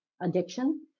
addiction